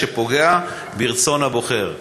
שפוגע ברצון הבוחר,